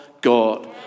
God